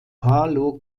palo